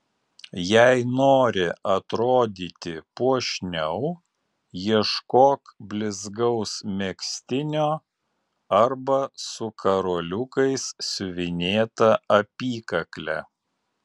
jei nori atrodyti puošniau ieškok blizgaus megztinio arba su karoliukais siuvinėta apykakle